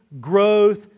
growth